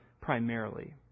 primarily